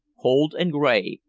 cold and gray,